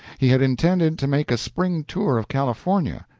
he had intended to make a spring tour of california,